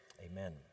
Amen